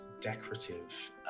decorative